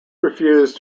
refuse